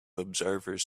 observers